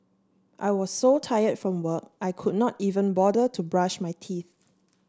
I was so tire from work I could not even bother to brush my teeth